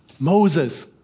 Moses